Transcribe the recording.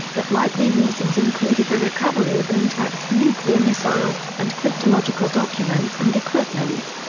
but likely reasons included the recovery of an intact nuclear missile, and cryptological documents and equipment.